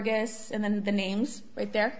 guests and then the names right there